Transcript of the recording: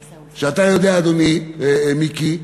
שידע, ואתה יודע, מיקי,